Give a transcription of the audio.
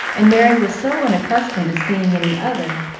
and merry was so unaccustomed to seeing any other,